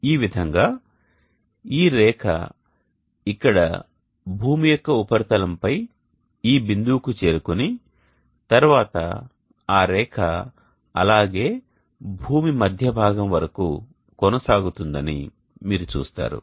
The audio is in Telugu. ఈ విధంగా ఈ రేఖ ఇక్కడ భూమి యొక్క ఉపరితలంపై ఈ బిందువు కు చేరుకొని తర్వాత ఆ రేఖ అలాగే భూమి మధ్య భాగం వరకు కొనసాగుతుందని మీరు చూస్తారు